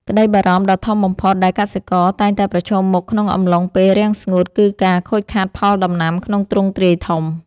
ក្តីបារម្ភដ៏ធំបំផុតដែលកសិករតែងតែប្រឈមមុខក្នុងអំឡុងពេលរាំងស្ងួត គឺការខូចខាតផលដំណាំក្នុងទ្រង់ទ្រាយធំ។